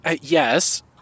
Yes